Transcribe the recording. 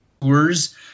tours